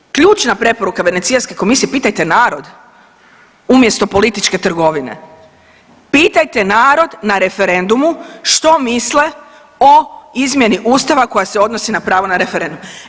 I drugo, ključna preporuka Venecijanske komisije, pitajte narod, umjesto političke trgovine, pitajte narod na referendumu što misle o izmjeni Ustava koja se odnosi na pravo na referendum.